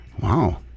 Wow